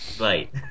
Right